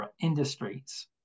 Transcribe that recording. industries